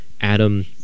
Adam